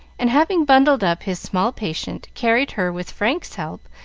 and having bundled up his small patient, carried her, with frank's help,